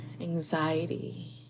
anxiety